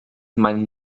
meinen